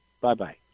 Bye-bye